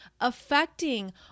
affecting